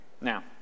now